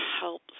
help